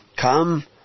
come